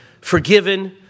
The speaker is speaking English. forgiven